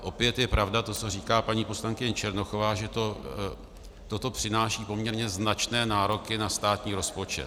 Opět je pravda to, co říká paní poslankyně Černochová, že toto přináší poměrně značné nároky na státní rozpočet.